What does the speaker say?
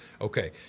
Okay